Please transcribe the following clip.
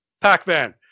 pac-man